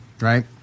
Right